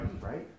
right